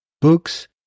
books